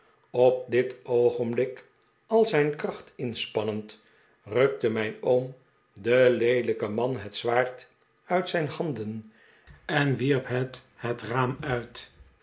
op dit oogenblik al zijn kracht inspannend rukte mijn oom den leelijken man het zwaard uit zijn handen en wierp het het raam uit